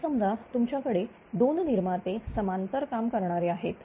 आता समजा तुमच्याकडे दोन निर्माते समांतर काम करणारे आहेत